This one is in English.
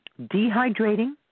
dehydrating